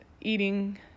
eating